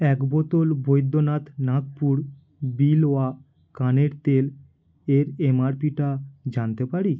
এক বোতল বৈদ্যনাথ নাগপুর বিলওয়া কানের তেল এর এমআরপিটা জানতে পারি